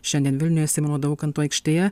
šiandien vilniuje simono daukanto aikštėje